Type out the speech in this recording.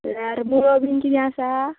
जाल्यार मुळो बी कितें आसा